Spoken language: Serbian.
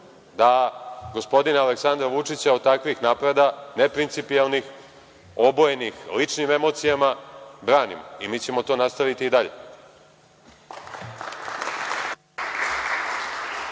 da gospodina Aleksandra Vučića od takvih napada, neprincipijelnih, obojenih ličnim emocijama, branimo i mi ćemo to da nastavimo i dalje.